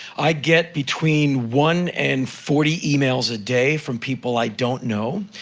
i get between one and forty emails a day from people i don't know.